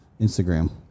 Instagram